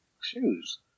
shoes